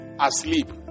asleep